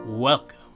Welcome